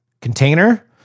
container